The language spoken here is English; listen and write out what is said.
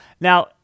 Now